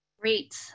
Great